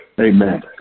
Amen